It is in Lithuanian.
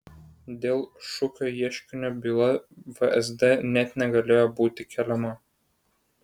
dėl šukio ieškinio byla vsd net negalėjo būti keliama